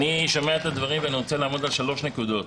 אני שומע את הדברים ואני רוצה לעמוד על שלוש נקודות.